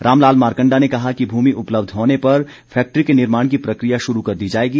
रामलाल मारकण्डा ने कहा कि भूमि उपलब्ध होने पर फैक्ट्री के निर्माण की प्रक्रिया शुरू कर दी जाएगी